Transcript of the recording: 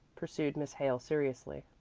pursued miss hale seriously.